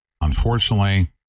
unfortunately